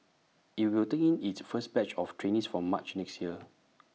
IT will take in its first batch of trainees from March next year